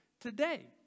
today